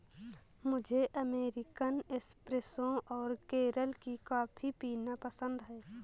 मुझे American espresso और केरल की कॉफी पीना पसंद है